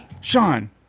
sean